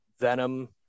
venom